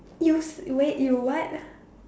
you is wait you what